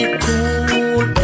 cool